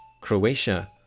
Croatia